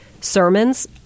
sermons